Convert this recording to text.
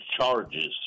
charges